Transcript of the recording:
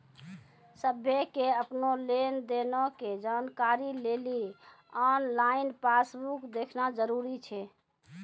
सभ्भे के अपनो लेन देनो के जानकारी लेली आनलाइन पासबुक देखना जरुरी छै